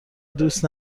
دوست